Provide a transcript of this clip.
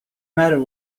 matter